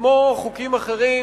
כמו חוקים אחרים,